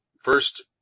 First